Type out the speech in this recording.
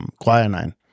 quinine